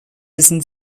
wissen